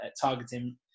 targeting